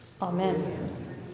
amen